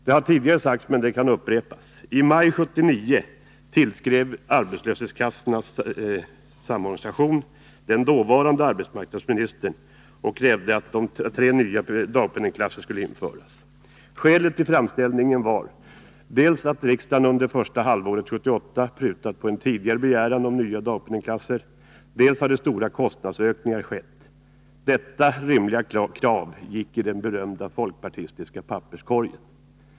Det har tidigare sagts — men det kan upprepas: I maj 1979 tillskrev arbetslöshetskassornas samorganisation den dåvarande arbetsmarknadsministern och krävde att tre nya dagpenningsklasser skulle införas. Skälet till framställningen var dels att riksdagen under första halvåret 1978 hade prutat på en tidigare begäran om nya dagpenningsklasser, dels att stora kostnadsökningar hade skett. Detta rimliga krav hamnade i den berömda folkpartistiska papperskorgen.